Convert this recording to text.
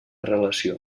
relació